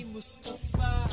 Mustafa